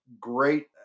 great